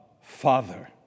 Father